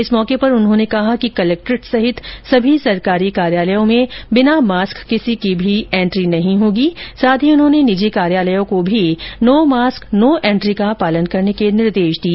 इस मौके पर उन्होंने कहा कि कलेक्ट्रेट सहित सभी सरकारी कार्यालयों में बिना मास्क किसी की भी एंट्री नहीं होगी साथ ही उन्होंने निजी कार्यालयों को भी नो मास्क नो एंट्री का पालन करने के निर्देश दिए